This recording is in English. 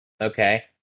Okay